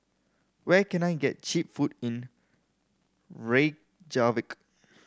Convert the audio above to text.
where can I get cheap food in Reykjavik